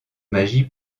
magie